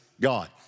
God